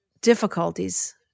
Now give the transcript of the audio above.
difficulties